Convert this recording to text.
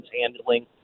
handling